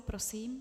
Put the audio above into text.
Prosím.